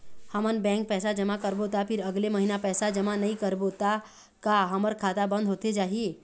हमन बैंक पैसा जमा करबो ता फिर अगले महीना पैसा जमा नई करबो ता का हमर खाता बंद होथे जाही?